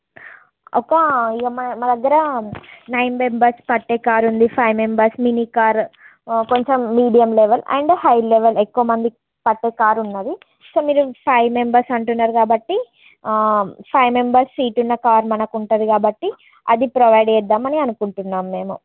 ఒక ఈయ మా దగ్గర నైన్ మెంబర్స్ పట్టే కార్ ఉంది ఫైవ్ మెంబర్స్ మిని కార్ కొంచెం medium level and high level ఎక్కువమంది పట్టే కార్ ఉన్నాది సో మీరు ఫైవ్ మెంబర్స్ అంటున్నారు కాబట్టి ఫైవ్ మెంబర్స్ సీటు ఉన్న కార్ మనకి ఉంటుంది కాబట్టి అది ప్రొవైడ్ చేద్దాం అని అనుకుంటున్నాము నేను